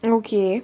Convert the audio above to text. okay